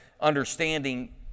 understanding